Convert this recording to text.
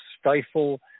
stifle